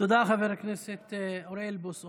תודה לחבר הכנסת אוריאל בוסו.